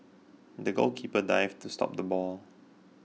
the goalkeeper dived to stop the ball